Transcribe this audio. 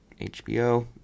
HBO